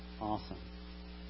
awesome